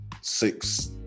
six